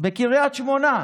בקריית שמונה.